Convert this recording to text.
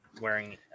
wearing